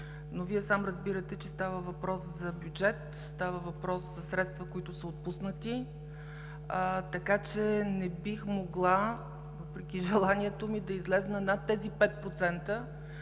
Но Вие сам разбирате, че става въпрос за бюджет, става въпрос за средства, които са отпуснати, така че не бих могла, въпреки желанието ми, да изляза над тези 5%,